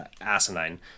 asinine